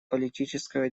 политического